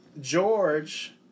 George